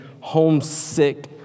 homesick